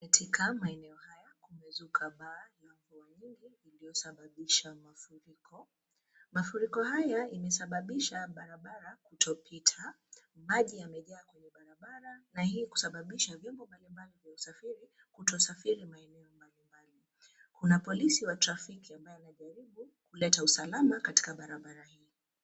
Katika maeneo haya kumezuka baa la mvua nyingi iliyosababisha mafuriko. Mafuriko haya imesababisha barabara kutopita. Maji yamejaa kwenye barabara na hio kusababisha vyombo mbalimbali vya usafiri kutosafiri maeneo mbalimbali. Kuna polisi wa trafiki ambaye anajaribu kuleta usalama katika barabara hii.